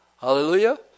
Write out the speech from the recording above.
hallelujah